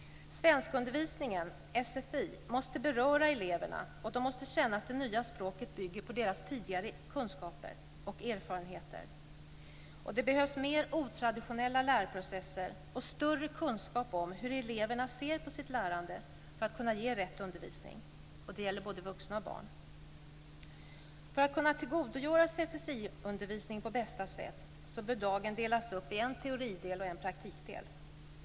Svenskundervisningen, sfi, måste beröra eleverna, och de måste känna att det nya språket bygger på deras tidigare kunskaper och erfarenheter. Det behövs mer otraditionella lärprocesser och större kunskap om hur eleverna ser på sitt lärande för att kunna ge rätt undervisning. Det gäller både vuxna och barn. För att kunna tillgodogöra sig sfi-undervisningen på bästa sätt bör dagen delas upp i en teoridel och en praktikdel.